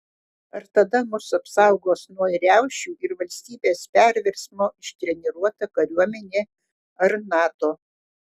ar tada mus apsaugos nuo riaušių ir valstybės perversmo ištreniruota kariuomenė ar nato